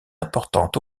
importante